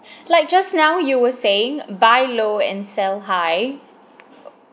like just now you were saying buy low and sell high